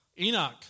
Enoch